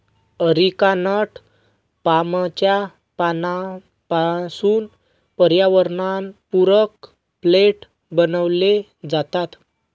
areca nut पामच्या पानांपासून पर्यावरणपूरक प्लेट बनविले जातात